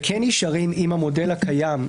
וכן נשארים עם המודל הקיים,